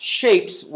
shapes